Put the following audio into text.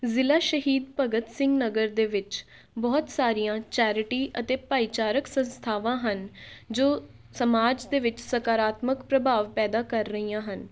ਜ਼ਿਲ੍ਹਾ ਸ਼ਹੀਦ ਭਗਤ ਸਿੰਘ ਨਗਰ ਦੇ ਵਿੱਚ ਬਹੁਤ ਸਾਰੀਆਂ ਚੈਰਿਟੀ ਅਤੇ ਭਾਈਚਾਰਕ ਸੰਸਥਾਵਾਂ ਹਨ ਜੋ ਸਮਾਜ ਦੇ ਵਿੱਚ ਸਕਾਰਾਤਮਕ ਪ੍ਰਭਾਵ ਪੈਦਾ ਕਰ ਰਹੀਆਂ ਹਨ